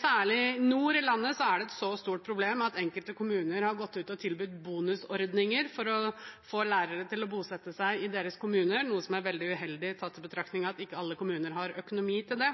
Særlig nord i landet er det et så stort problem at enkelte kommuner har gått ut og tilbudt bonusordninger for å få lærere til å bosette seg i deres kommuner, noe som er veldig uheldig, tatt i betraktning at ikke alle kommuner har økonomi til det.